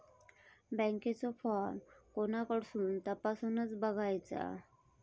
बँकेचो फार्म कोणाकडसून तपासूच बगायचा?